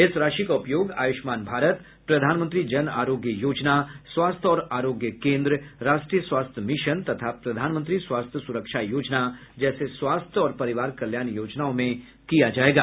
इस राशि का उपयोग आयुष्मान भारत प्रधानमंत्री जन आरोग्य योजना स्वास्थ्य और आरोग्य केन्द्र राष्ट्रीय स्वास्थ्य मिशन तथा प्रधानमंत्री स्वास्थ्य सुरक्षा योजना जैसे स्वास्थ्य और परिवार कल्याण योजनओं में किया जाएगा